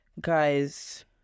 guys